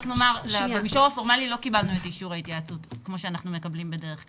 את אישור ההתייעצות כמו שאנחנו מקבלים בדרך כלל.